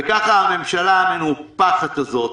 וככה הממשלה המנופחת הזאת.